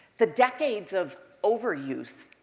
the decades of overuse,